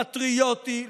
פטריוטי,